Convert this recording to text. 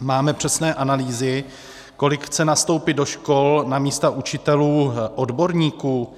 Máme přesné analýzy, kolik chce nastoupit do škol na místa učitelů, odborníků?